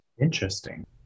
Interesting